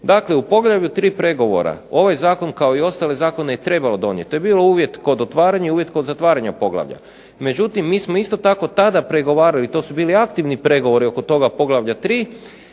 Dakle, u poglavlju 3. pregovora ovaj Zakon kao i ostale zakone je trebalo donijeti. To je bilo uvjet kod otvaranja i uvjet kod zatvaranja poglavlja. Međutim, mi smo isto tako tada pregovarali i to su bili aktivni pregovori oko toga poglavlja 3.